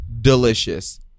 delicious